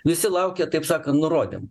visi laukia taip sakant nurodymų